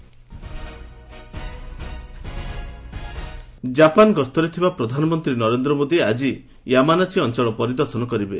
PM Japan Japan ଗସ୍ତରେ ଥିବା ପ୍ରଧାନମନ୍ତ୍ରୀ ନରେନ୍ଦ୍ର ମୋଦି ଆଜି ୟାମାନାଶି ଅଞ୍ଚଳ ପରିଦର୍ଶନ କରିବେ